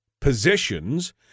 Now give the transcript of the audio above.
positions